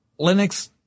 Linux